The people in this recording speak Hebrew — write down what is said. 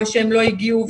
ושהם לא הגיעו,